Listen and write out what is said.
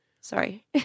Sorry